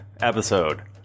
episode